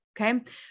Okay